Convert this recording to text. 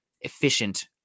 efficient